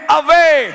away